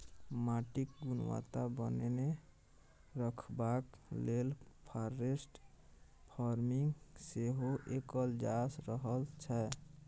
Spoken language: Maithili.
माटिक गुणवत्ता बनेने रखबाक लेल फॉरेस्ट फार्मिंग सेहो कएल जा रहल छै